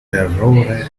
terrore